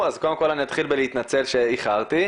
קודם כל אני אתחיל בלהתנצל שאיחרתי.